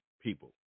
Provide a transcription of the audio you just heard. people